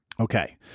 Okay